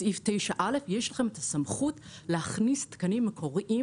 סעיף 9א להכניס את התקנים המקוריים